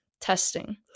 testing